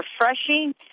refreshing